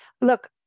look